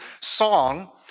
song